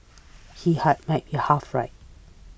he had might be half right